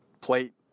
plate